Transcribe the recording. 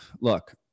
look